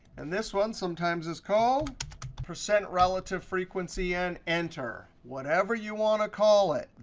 and this one sometimes is called percent relative frequency, and enter. whatever you want to call it,